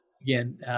again